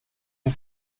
mir